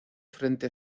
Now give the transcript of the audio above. frente